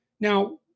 Now